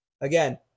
Again